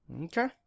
okay